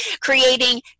creating